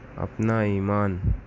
اپنا ایمان